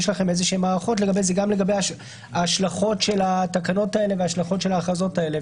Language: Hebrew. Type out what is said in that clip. זה גם לגבי ההשלכות של התקנות האלה וההשלכות של ההכרזות האלה,